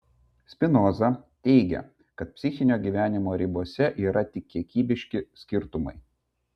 spinoza teigia kad psichinio gyvenimo ribose yra tik kiekybiški skirtumai